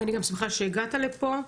ואני גם שמחה שהגעת לפה,